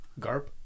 Garp